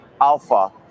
alpha